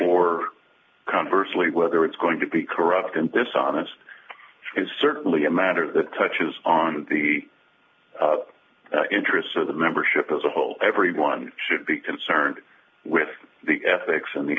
or conversely whether it's going to be corrupt and dishonest and certainly a matter that touches on the interests of the membership as a whole everyone should be concerned with the ethics and the